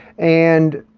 and